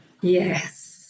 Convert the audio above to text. yes